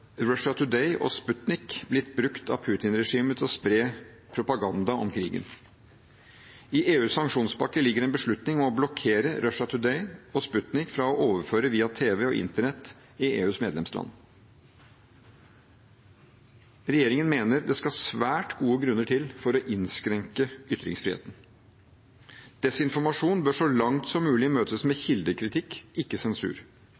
og Sputnik blitt brukt av Putin-regimet til å spre propaganda om krigen. I EUs sanksjonspakke ligger en beslutning om å blokkere Russia Today og Sputnik fra å overføre via TV og internett i EUs medlemsland. Regjeringen mener det skal svært gode grunner til for å innskrenke ytringsfriheten. Desinformasjon bør så langt som mulig møtes med kildekritikk, ikke sensur.